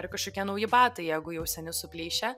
ar kažkokie nauji batai jeigu jau seni suplyšę